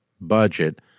budget